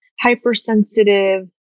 hypersensitive